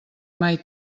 mai